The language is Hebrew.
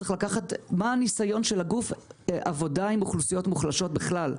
מה הניסיון של הגוף בעבודה עם אוכלוסיות מוחלשות בכלל?